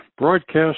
broadcast